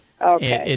Okay